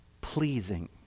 pleasing